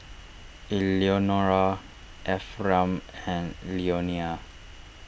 Eleonora Ephram and Leonia